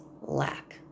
lack